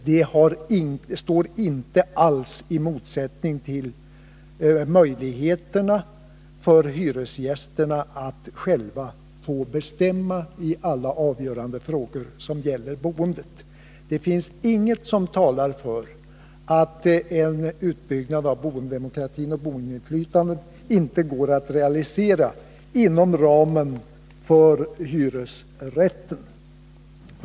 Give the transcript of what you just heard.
Det står inte alls i motsättning till hyresgästernas möjligheter att själva få bestämma i alla avgörande frågor som gäller boendet. Det finns inget som talar för att en utbyggnad av boendedemokratin och boendeinflytandet inte går att realisera inom ramen för hyresrätten.